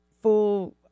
full